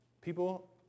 People